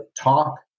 talk